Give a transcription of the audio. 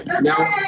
Now